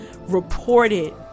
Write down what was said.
reported